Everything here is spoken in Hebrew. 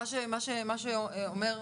מה שאומר,